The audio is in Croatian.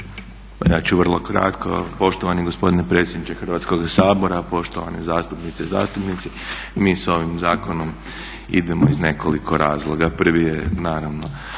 Ja ću vrlo kratko, poštovani gospodine predsjedniče Hrvatskoga sabora, poštovane zastupnice i zastupnici. Mi s ovim zakonom idemo iz nekoliko razloga. Prvi je naravno